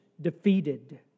defeated